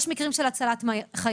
יש מקרים של הצלת חיים.